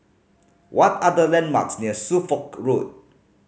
what are the landmarks near Suffolk Road